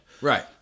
Right